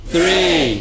Three